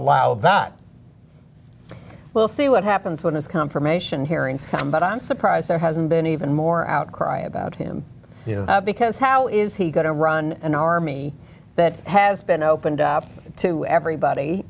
allow that we'll see what happens when his confirmation hearings come but i'm surprised there hasn't been even more outcry about him because how is he going to run an army that has been opened up to everybody